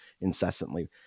incessantly